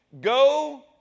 Go